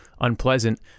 unpleasant